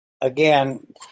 again